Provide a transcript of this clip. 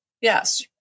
Yes